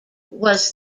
was